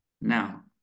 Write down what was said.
now